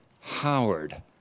Howard